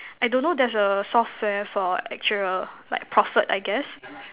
I don't know there's a software for actuarial like Prophet I guess